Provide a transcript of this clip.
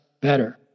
better